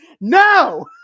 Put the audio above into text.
no